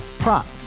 Prop